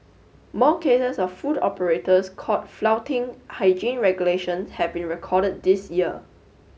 more cases of food operators caught flouting hygiene regulations have been recorded this year